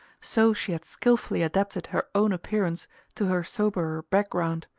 so she had skilfully adapted her own appearance to her soberer background.